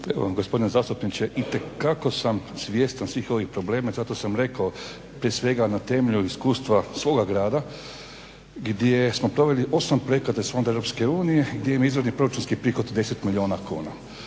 Gospodine zastupniče itekako sam svjestan svih ovih problema i zato sam rekao prije svega na temelju iskustva svoga grada gdje smo proveli 8 projekata iz Fonda EU gdje je izvorni proračunski prihod 10 milijuna kuna.